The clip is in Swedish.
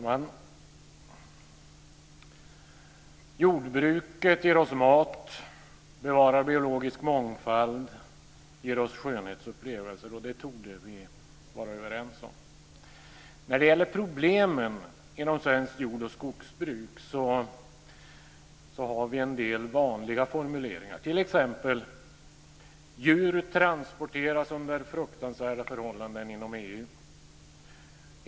Fru talman! Jordbruket ger oss mat, bevarar biologisk mångfald och ger oss skönhetsupplevelser. Det torde vi vara överens om. När det gäller problemen inom svenskt jord och skogsbruk har vi en del vanliga formuleringar som t.ex.: Djur transporteras under fruktansvärda förhållanden inom EU.